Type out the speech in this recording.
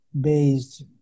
based